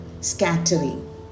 scattering